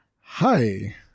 Hi